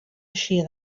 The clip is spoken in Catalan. eixia